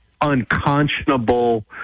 unconscionable